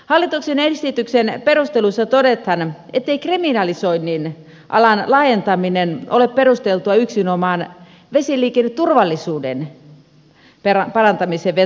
hallituksen esityksen perusteluissa todetaan ettei kriminalisoinnin alan laajentaminen ole perusteltua yksinomaan vesiliikenneturvallisuuden parantamiseen vetoamalla